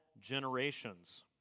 generations